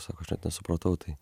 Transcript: sako aš net nesupratau tai